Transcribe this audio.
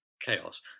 chaos